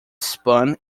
spun